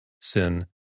Sin